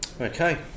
Okay